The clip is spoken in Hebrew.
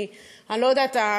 כי אני לא יודעת,